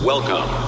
Welcome